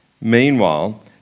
Meanwhile